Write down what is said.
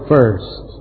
first